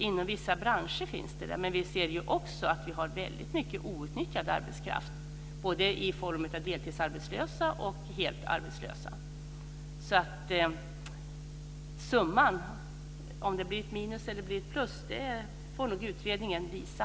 Inom vissa branscher är det så men vi ser också att det finns väldigt mycket outnyttjad arbetskraft, både i form av deltidsarbetslösa och i form av helt arbetslösa. Om det blir minus eller plus får nog alltså utredningen utvisa.